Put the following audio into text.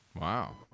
Wow